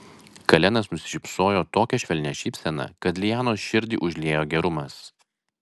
kalenas nusišypsojo tokia švelnia šypsena kad lianos širdį užliejo gerumas